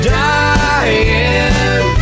dying